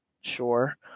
sure